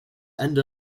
end